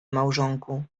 małżonku